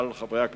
אבל, חברי הכנסת,